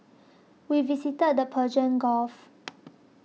we visited the Persian Gulf